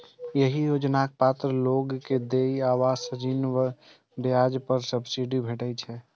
एहि योजनाक पात्र लोग कें देय आवास ऋण ब्याज पर सब्सिडी भेटै छै